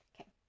Okay